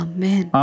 Amen